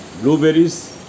blueberries